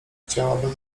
chciałabym